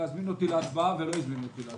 להזמין אותי להצבעה ולא הזמינו אותי להצבעה.